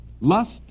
Lust